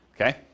Okay